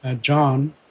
John